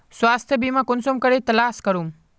स्वास्थ्य बीमा कुंसम करे तलाश करूम?